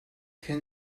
can